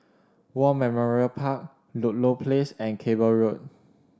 War Memorial Park Ludlow Place and Cable Road